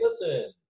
listen